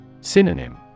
Synonym